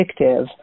addictive